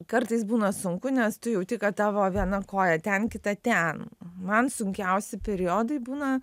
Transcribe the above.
kartais būna sunku nes tu jauti kad tavo viena koja ten kita ten man sunkiausi periodai būna